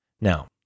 Now